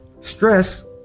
Stress